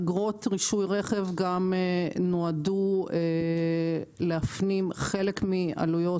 אגרות רישוי רכב נועדו גם להפנים חלק מעלויות